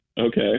Okay